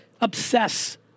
obsess